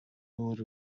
өөр